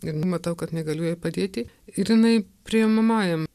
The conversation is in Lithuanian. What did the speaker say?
ir matau kad negaliu jai padėti ir jinai priimamajam